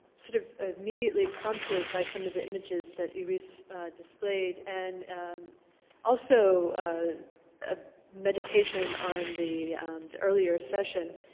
sort of ah immediately prompted by some of the images that iris displayed and also ah a meditation on the earlier session.